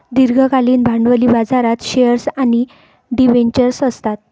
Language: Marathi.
दीर्घकालीन भांडवली बाजारात शेअर्स आणि डिबेंचर्स असतात